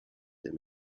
der